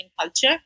culture